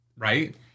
Right